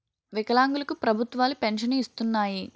వికలాంగులు కు ప్రభుత్వాలు పెన్షన్ను ఇస్తున్నాయి